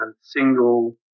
single